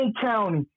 County